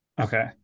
Okay